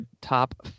top